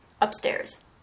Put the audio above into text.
Upstairs